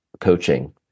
coaching